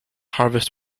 harvest